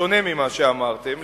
בשונה ממה שאמרתם,